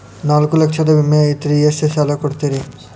ನಾಲ್ಕು ಲಕ್ಷದ ವಿಮೆ ಐತ್ರಿ ಎಷ್ಟ ಸಾಲ ಕೊಡ್ತೇರಿ?